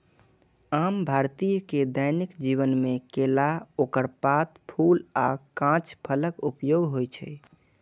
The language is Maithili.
आम भारतीय के दैनिक जीवन मे केला, ओकर पात, फूल आ कांच फलक उपयोग होइ छै